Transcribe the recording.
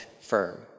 firm